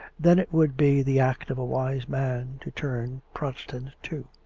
then it would be the act of a wise man to turn protestant too,